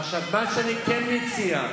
עכשיו, מה שאני כן מציע,